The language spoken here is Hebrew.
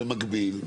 במקביל,